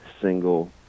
single